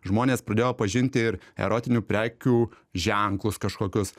žmonės pradėjo pažinti ir erotinių prekių ženklus kažkokius